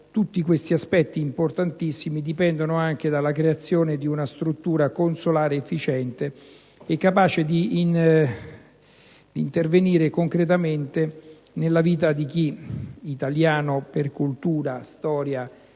tutti questi aspetti importantissimi dipendono anche dalla creazione di una struttura consolare efficiente e capace di intervenire concretamente nella vita di chi, italiano per cultura storia